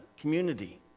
community